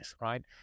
right